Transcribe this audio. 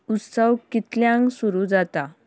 उत्सव कितल्यांक सुरू जाता